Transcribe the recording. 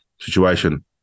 situation